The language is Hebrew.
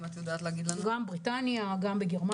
גם בבריטניה, גם בגרמניה.